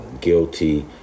guilty